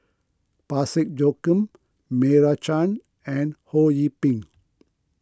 Parsick Joaquim Meira Chand and Ho Yee Ping